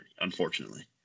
unfortunately